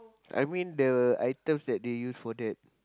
I mean the items that they use for that